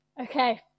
Okay